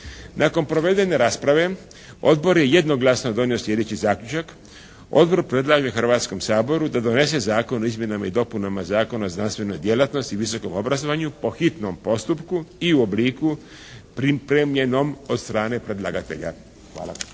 Nakon provedene rasprave odbor je jednoglasno donio slijedeći zaključak. Odbor predlaže Hrvatskom saboru da donese Zakon o izmjenama i dopunama Zakona o znanstvenoj djelatnosti i visokom obrazovanju po hitnom postupku i u obliku pripremljenom od strane predlagatelja. Hvala.